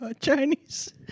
Chinese